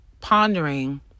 pondering